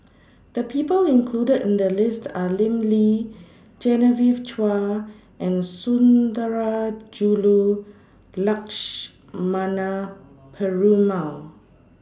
The People included in The list Are Lim Lee Genevieve Chua and Sundarajulu Lakshmana Perumal